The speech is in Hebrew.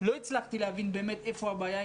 לא הצלחתי להבין באמת איפה הבעיה,